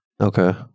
Okay